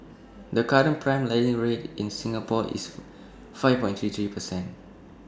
the current prime lending rate in Singapore is five thirty three percent